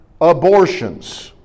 abortions